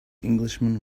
englishman